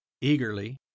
eagerly